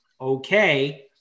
okay